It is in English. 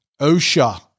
OSHA